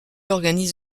organise